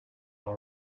all